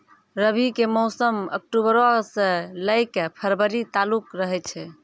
रबी के मौसम अक्टूबरो से लै के फरवरी तालुक रहै छै